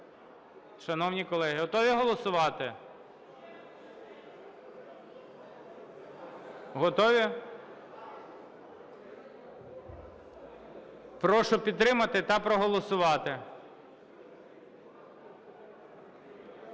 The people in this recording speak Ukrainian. Шановні колеги, готові голосувати? Готові? Прошу підтримати та проголосувати.